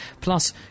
Plus